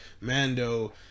Mando